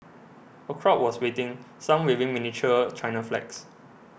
a crowd was waiting some waving miniature China flags